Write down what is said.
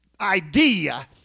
idea